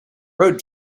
road